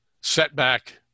Setback